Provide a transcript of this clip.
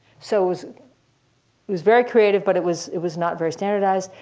so it was very creative, but it was it was not very standardized.